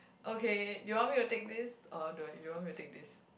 okay you want me to take this or no you don't want me to take this